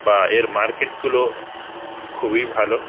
বা এর মার্কেটগুলো খুবই ভালো